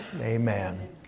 Amen